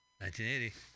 1980